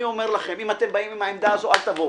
אני אומר לכם שאם אתם באים עם העמדה הזו אל תבואו.